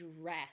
dress